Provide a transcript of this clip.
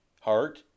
heart